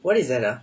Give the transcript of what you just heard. what is that ah